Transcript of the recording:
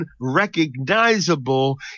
unrecognizable